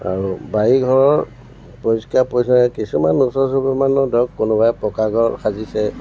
আৰু বাৰী ঘৰৰ পৰিষ্কাৰ পৰিচ্ছন্নতা কিছুমান ওচৰ চুবুৰীয়া মানুহ ধৰক কোনোবাই পকাঘৰ সাজিছে